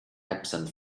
absent